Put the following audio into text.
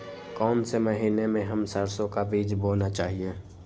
कौन से महीने में हम सरसो का बीज बोना चाहिए?